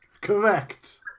Correct